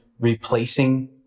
replacing